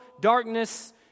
darkness